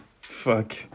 Fuck